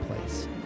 place